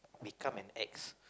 become an X